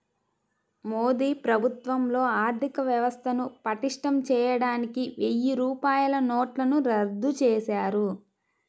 మోదీ ప్రభుత్వంలో ఆర్ధికవ్యవస్థను పటిష్టం చేయడానికి వెయ్యి రూపాయల నోట్లను రద్దు చేశారు